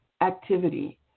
activity